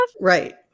right